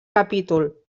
capítol